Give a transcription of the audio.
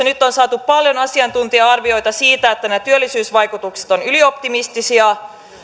nyt on saatu paljon sellaisia asiantuntija arvioita että nämä työllisyysvaikutukset ovat ylioptimistisia